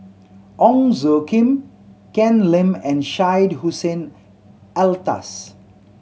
Ong Tjoe Kim Ken Lim and Syed Hussein Alatas